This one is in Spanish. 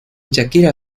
shakira